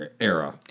era